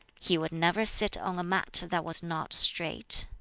he would never sit on a mat that was not straight.